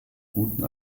guten